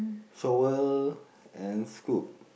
shovel and scoop